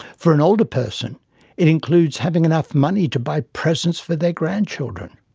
for an older person it includes having enough money to buy presents for their grandchildren.